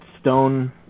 stone